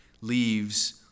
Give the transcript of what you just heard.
leaves